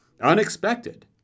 unexpected